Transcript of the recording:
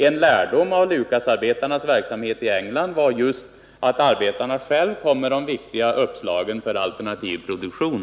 En lärdom av Lucasarbetarnas verksamhet i England var just att arbetarna själva kom med de viktiga uppslagen om alternativ produktion.